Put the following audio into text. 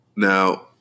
now